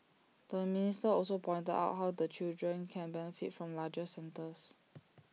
the minister also pointed out how the children can benefit from larger centres